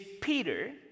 Peter